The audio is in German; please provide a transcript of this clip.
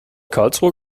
karlsruhe